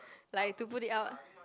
like to put it out